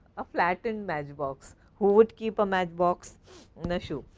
a flattened match box. who would keep a match box in a shoe?